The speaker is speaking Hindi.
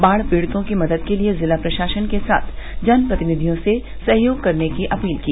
बाढ़ पीड़ितों की मदद के लिए जिला प्रशासन के साथ जनप्रतिनिधियों से सहयोग करने की अपील की